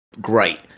great